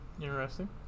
Interesting